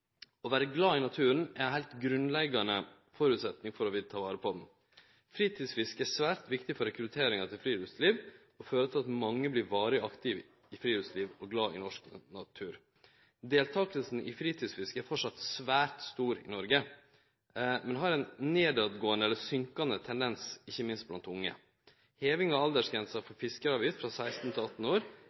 Å vere glad i naturen er ein heilt grunnleggjande føresetnad for å ta vare på han. Fritidsfiske er svært viktig for rekrutteringa til friluftsliv og fører til at mange vert varig aktive i friluftsliv og glad i norsk natur. Deltakinga i fritidsfiske er framleis svært stor i Noreg, men har ein synkande tendens, ikkje minst blant unge. Hevinga av aldersgrensa for fiskeavgift frå 16 til 18 år